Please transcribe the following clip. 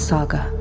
Saga